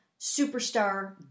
superstar